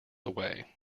away